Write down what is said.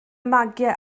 magiau